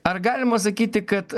ar galima sakyti kad